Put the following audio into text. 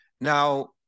Now